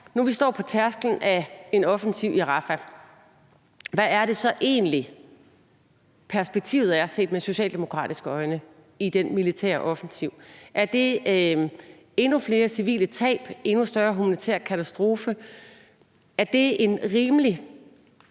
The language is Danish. vi nu står på tærsklen af en offensiv i Rafah, hvad er det så egentlig, perspektivet er, set med socialdemokratiske øjne, i den militære offensiv? Er det endnu flere civile tab og en endnu større humanitær katastrofe? Er det en rimelig